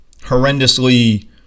horrendously